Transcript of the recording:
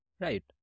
Right